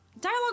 Dialogue